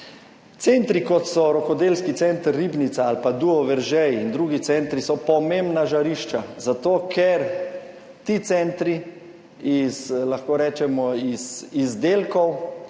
Centri, kot so Rokodelski center Ribnica ali pa DUO Veržej in drugi centri, so pomembna žarišča zato, ker ti centri iz izdelkov